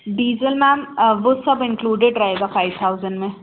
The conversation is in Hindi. डीज़ल मेम वह सब इन्क्लुडेड रहेगा फाइव थाउजेंड में